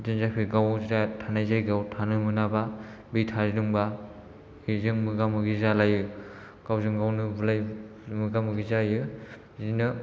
बिदिनो जाफैयो गाव थानाय जायगायाव थानो मोनाबा बि थादोंबा बेजों मोगा मोगि जालायो गावजों गावनो बुलायो मोगा मोगि जायो बिदिनो